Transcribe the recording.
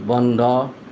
বন্ধ